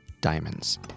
diamonds